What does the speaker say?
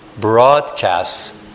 broadcasts